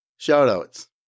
Shoutouts